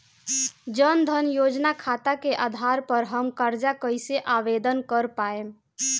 जन धन योजना खाता के आधार पर हम कर्जा कईसे आवेदन कर पाएम?